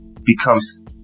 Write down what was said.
becomes